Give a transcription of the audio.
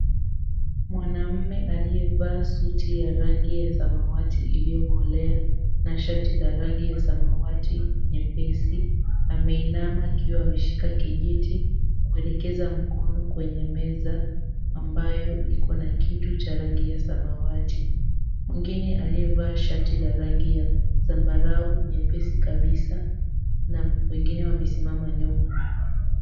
Mwanamme aliyevaa suti ya rangi ya samawati iliyokolea na shati la rangi ya samawati nyepesi ameinama akiwa ameshika kijiti kuelekeza mkono kwenye meza ambayo iko na kitu cha rangi ya samawati. Mwingine aliyevaa shati ya rangi ya zamabarau nyepesi kabisa na wengine wamesimama nyuma.